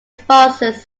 sponsors